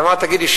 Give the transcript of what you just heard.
ואמרתי: תגידי,